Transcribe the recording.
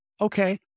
okay